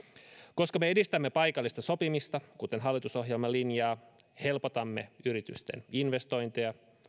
koska me edistämme paikallista sopimista kuten hallitusohjelma linjaa helpotamme yritysten investointeja